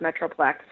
metroplex